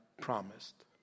promised